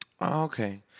Okay